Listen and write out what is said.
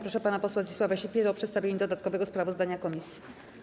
Proszę pana posła Zdzisława Sipierę o przedstawienie dodatkowego sprawozdania komisji.